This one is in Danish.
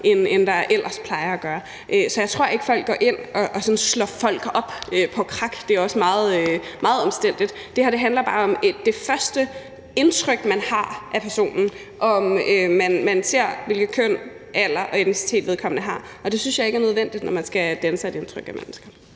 end der ellers plejer at gøre, så jeg tror ikke, man går ind og slår folk op på Krak – det er også meget omstændeligt. Det her handler bare om det første indtryk, man får af personen, altså om man ser, hvilket køn og hvilken alder og etnicitet vedkommende har, og det synes jeg ikke er nødvendigt, når man skal danne sig et indtryk af mennesker.